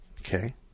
Okay